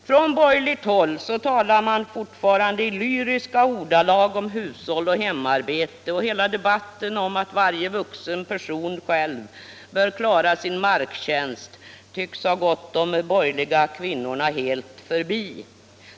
På borgerligt håll talar man fortfarande i lyriska ordalag om hushåll och hemarbete, och hela debatten om att varje vuxen person själv bör kunna klara sin marktjänst tycks ha gått de borgerliga kvinnorna helt förbi.